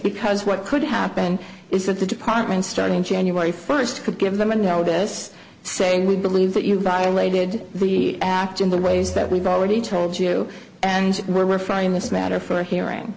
because what could happen is that the department starting january first could give them a notice saying we believe that you violated the act in the ways that we've already told you and we're fine this matter for a hearing